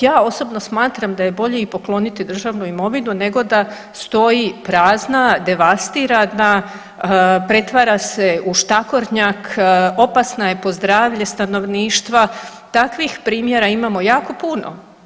Ja osobno smatram da je bolje i pokloniti državnu imovinu nego da stoji prazna, devastirana, pretvara se u štakornjak, opasna je za zdravlje stanovništva, takvih primjera imamo jako puno.